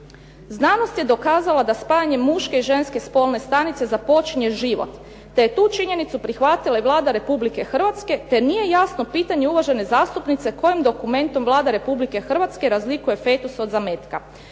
“Znanost je dokazala da spajanje muške i ženske spolne stanice započinje život, te je tu činjenicu prihvatila i Vlada Republike Hrvatske, te nije jasno pitanje uvažene zastupnice kojim dokumentom Vlada Republike Hrvatske razlikuje fetus od zametka.